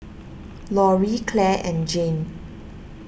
Loree Claire and Jeanne